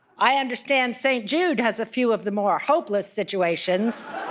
i understand st. jude has a few of the more hopeless situations